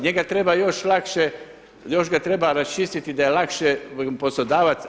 Njega treba još lakše, još ga treba raščistiti da je lakše poslodavac.